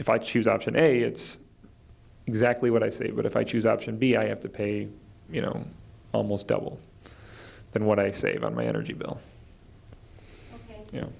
if i choose option a it's exactly what i say but if i choose option b i have to pay you know almost double than what i save on my energy bill y